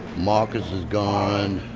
marcus is gone.